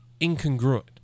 incongruent